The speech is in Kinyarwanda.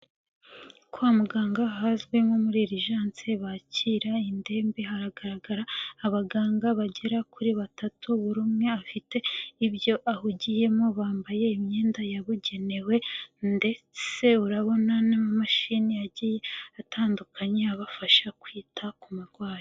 Kwa muganga ahazwi nko muri irijance bakira indembe, haragaragara abaganga bagera kuri batatu, buri umwe afite ibyo ahugiyemo, bambaye imyenda yabugenewe ndetse urabona n'amamashini agiye atandukanye, abafasha kwita ku murwayi.